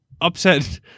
upset